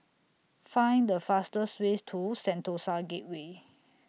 Find The fastest Way to Sentosa Gateway